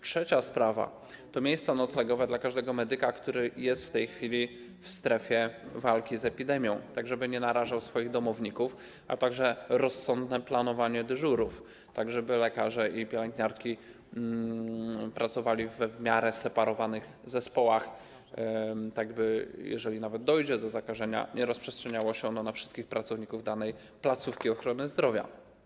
Trzecia sprawa to miejsca noclegowe dla każdego medyka, który jest w tej chwili w strefie walki z epidemią, tak żeby nie narażał swoich domowników, a także rozsądne planowanie dyżurów, żeby lekarze i pielęgniarki pracowali we w miarę separowanych zespołach, by jeżeli nawet dojdzie do zakażenia, nie rozprzestrzeniało się ono na wszystkich pracowników danej placówki ochrony zdrowia.